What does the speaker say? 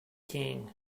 king